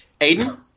Aiden